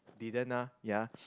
didn't ah ya